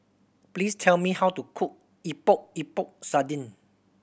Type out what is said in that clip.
please tell me how to cook Epok Epok Sardin